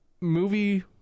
Movie